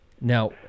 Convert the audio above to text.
Now